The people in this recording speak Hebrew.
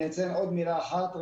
אני אומר עוד מילה אחת.